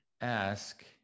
ask